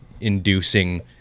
inducing